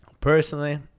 personally